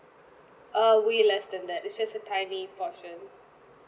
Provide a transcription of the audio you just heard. uh way less than that it's just a tiny portion